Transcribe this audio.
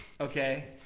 okay